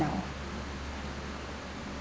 now